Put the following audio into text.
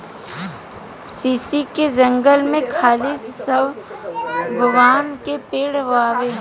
शीशइ के जंगल में खाली शागवान के पेड़ बावे